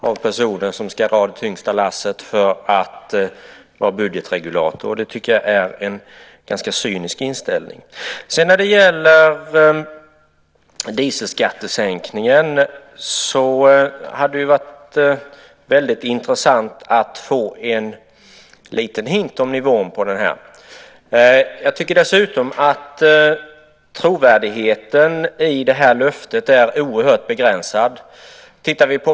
Herr talman! Man kan av det dra slutsatsen att lantbrukarkåren är den enskilda kår av personer som ska dra det tyngsta lasset för att vara budgetregulator. Det tycker jag är en ganska cynisk inställning. Det hade varit väldigt intressant att få en liten hint om nivån på dieselskattesänkningen. Jag tycker dessutom att trovärdigheten i löftet är oerhört begränsad.